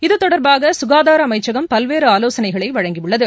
இது தொடர்பாக சுகாதார அமைச்சகம் பல்வேறு ஆலோசனைகளை வழங்கியுள்ளது